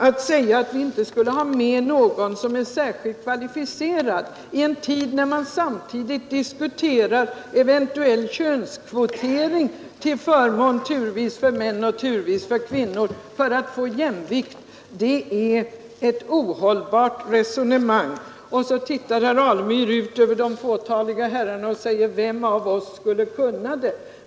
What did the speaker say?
Att säga att vi inte skulle ha med någon som är särskilt kvalificerad för denna granskningsuppgift visar oförståelsen inför problemet; i en tid när man samtidigt diskuterar eventuell könskvotering till förmån turvis för män och turvis för kvinnor för att få jämvikt är det ett ohållbart resonemang. Och så tittar herr Alemyr ut över de fåtaliga herrarna och undrar: Vem av oss kan tänkas vara sakkunnig?